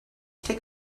take